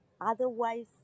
otherwise